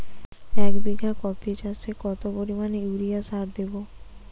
এক বিঘা কপি চাষে কত পরিমাণ ইউরিয়া সার দেবো?